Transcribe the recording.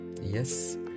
yes